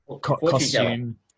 costume